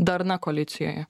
darna koalicijoje